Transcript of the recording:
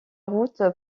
route